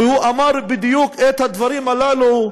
והוא אמר בדיוק את הדברים הללו,